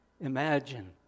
imagine